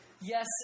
yes